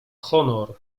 honor